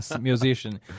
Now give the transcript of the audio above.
musician